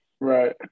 right